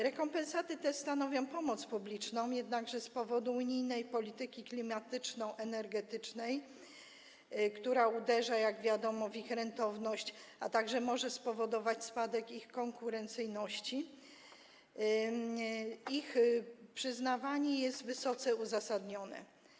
Rekompensaty te stanowią pomoc publiczną, jednakże z powodu unijnej polityki klimatyczno-energetycznej, która uderza, jak wiadomo, w rentowność firm, a także może spowodować spadek ich konkurencyjności, ich przyznawanie jest wysoce uzasadnione.